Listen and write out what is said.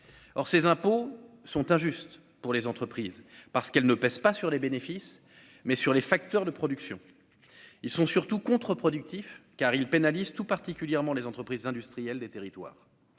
or ces impôts sont injustes pour les entreprises, parce qu'elle ne pèse pas sur les bénéfices, mais sur les facteurs de production, ils sont surtout contreproductif, car ils pénalisent tout particulièrement les entreprises industrielles, des territoires,